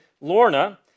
Lorna